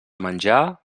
menjar